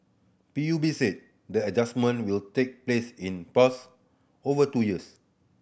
P U B said the adjustment will take place in pass over two years